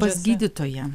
pas gydytoją